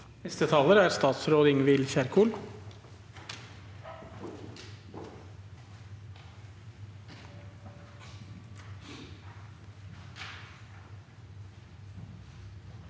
Neste taler er statsråd Ing- vild Kjerkol